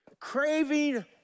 Craving